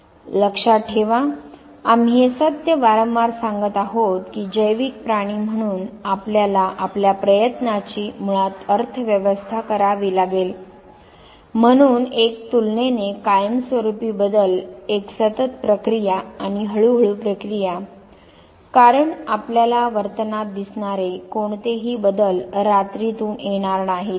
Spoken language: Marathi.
लक्षात ठेवा आम्ही हे सत्य वारंवार सांगत आहोत की जैविक प्राणी म्हणून आपल्याला आपल्या प्रयत्नाची मुळात अर्थव्यवस्था करावी लागेल म्हणून एक तुलनेने कायमस्वरूपी बदल एक सतत प्रक्रिया आणि हळूहळू प्रक्रिया कारण आपल्याला वर्तनात दिसणारे कोणतेही बदल रात्रीतून येणार नाहीत